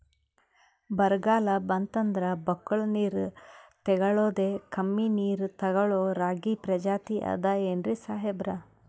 ಬರ್ಗಾಲ್ ಬಂತಂದ್ರ ಬಕ್ಕುಳ ನೀರ್ ತೆಗಳೋದೆ, ಕಮ್ಮಿ ನೀರ್ ತೆಗಳೋ ರಾಗಿ ಪ್ರಜಾತಿ ಆದ್ ಏನ್ರಿ ಸಾಹೇಬ್ರ?